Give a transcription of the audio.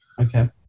okay